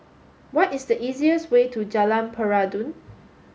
what is the easiest way to Jalan Peradun